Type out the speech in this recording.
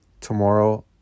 tomorrow